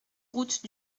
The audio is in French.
route